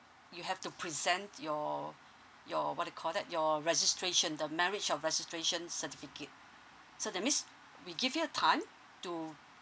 you have to present your your what do you call that your registration the marriage of registration certificate so that means we give you time to